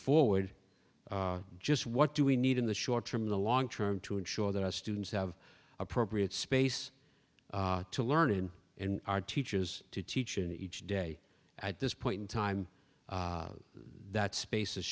forward just what do we need in the short term the long term to ensure that our students have appropriate space to learn in and are teachers to teach in each day at this point in time that space